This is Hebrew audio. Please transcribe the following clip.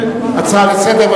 הצעה לסדר-היום?